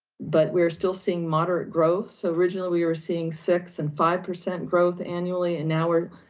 but we're still seeing moderate growth. so originally, we were seeing six and five percent growth annually, and now we're,